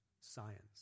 science